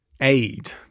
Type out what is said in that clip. aid